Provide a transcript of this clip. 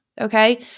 Okay